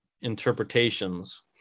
interpretations